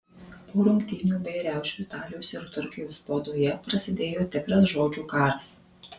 po rungtynių bei riaušių italijos ir turkijos spaudoje prasidėjo tikras žodžių karas